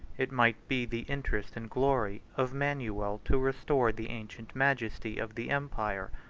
it might be the interest and glory, of manuel to restore the ancient majesty of the empire,